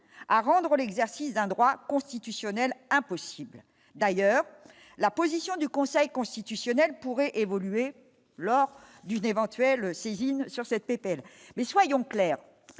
à rendre l'exercice d'un droit constitutionnel impossibles, d'ailleurs la position du Conseil constitutionnel pourrait évoluer lors d'une éventuelle saisine sur cette PPL mais soyons clairs